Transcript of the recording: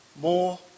more